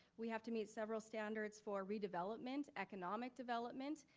we have to meet several standards for redevelopment, economic development,